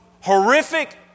horrific